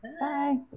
Bye